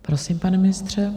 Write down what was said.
Prosím, pane ministře.